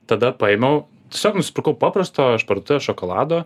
tada paėmiau tiesiog nusipirkau paprasto iš parduotuvės šokolado